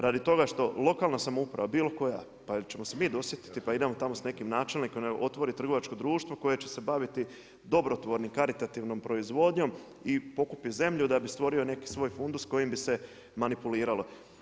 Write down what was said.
Radi toga što lokalna samouprava, bilo koja, pa jel' ćemo se mi dosjetiti pa idemo tamo s nekim načelnikom, nek' otvori trgovačko društvo koje se baviti dobrotvornim, karitativnom proizvodnjom i pokupit zemlju da bi stvorio neki svoj fundus kojim bi se manipuliralo.